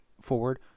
forward